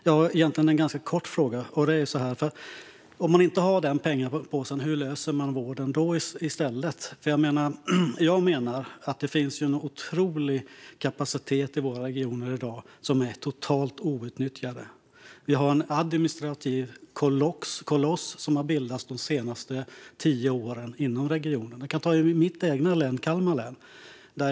Jag har en ganska kort fråga: Om man inte har den pengapåsen, hur löser man då vården i stället? Jag menar att det i dag finns en otrolig kapacitet i våra regioner som är totalt outnyttjad. Vi har en administrativ koloss inom regionerna som har bildats de senaste tio åren. Vi kan titta på mitt län, Kalmar län.